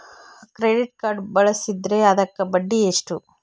Credit card ಬಳಸಿದ್ರೇ ಅದಕ್ಕ ಬಡ್ಡಿ ಎಷ್ಟು?